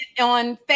on